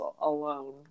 alone